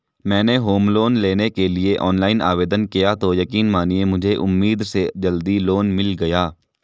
मैंने home loan लेने के लिए ऑनलाइन आवेदन किया तो यकीन मानिए मुझे उम्मीद से जल्दी लोन मिल गया